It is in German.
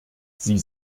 sie